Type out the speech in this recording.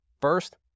First